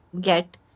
get